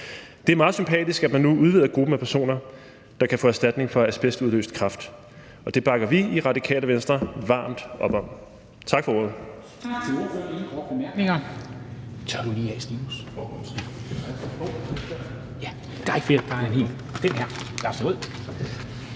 Det er meget sympatisk, at man nu udvider gruppen af personer, der kan få erstatning for asbestudløst kræft, og det bakker vi i Radikale Venstre varmt op om. Tak for ordet.